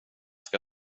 ska